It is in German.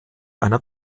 einer